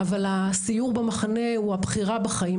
אבל הסיור במחנה הוא הבחירה בחיים,